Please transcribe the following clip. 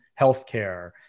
healthcare